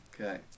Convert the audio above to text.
okay